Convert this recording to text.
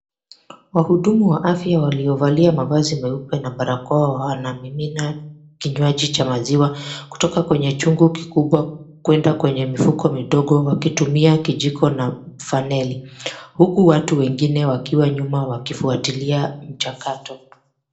Wahudumu wa afya waliovalia mavazi meupe na barakoa wanamimina kinywaji cha maziwa kutoka kwenye chungu kikubwa kuenda kwenye mifuko midogo kutumia kijiko na faneli huku watu wengine wakiwa nyuma wakifuatilia mchakato.